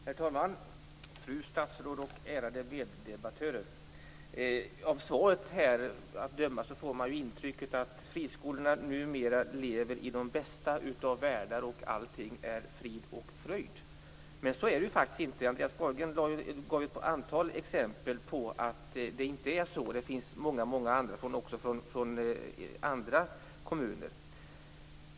Herr talman! Fru statsråd! Ärade meddebattörer! Av svaret att döma får man intrycket att friskolorna numera lever i de bästa av världar och att allt är frid och fröjd. Men så är det faktiskt inte. Andreas Carlgren gav ju ett antal exempel på att det inte är så. Det finns även många andra exempel från andra kommuner.